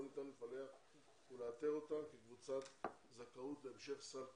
ניתן לפלח ולאתר אותם כקבוצת זכאות להמשך סל קליטה.